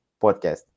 podcast